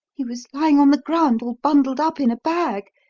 he was lying on the ground all bundled up in a bag,